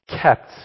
kept